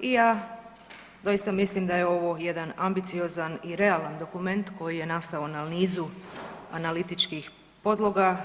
I ja doista mislim da je ovo jedan ambiciozan i realan dokument koji je nastao na nizu analitičkih podloga